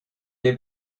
les